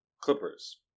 Clippers